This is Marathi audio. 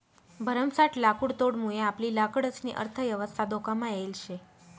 भरमसाठ लाकुडतोडमुये आपली लाकडंसनी अर्थयवस्था धोकामा येल शे